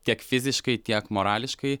tiek fiziškai tiek morališkai